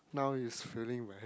now is felling very